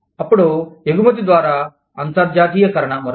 అప్పుడు ఎగుమతి ద్వారా అంతర్జాతీయీకరణ మరొకటి